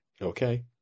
Okay